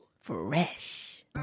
Fresh